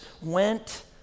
went